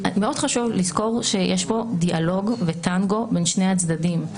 מאוד חשוב לזכור שיש פה דיאלוג וטנגו בין שני הצדדים.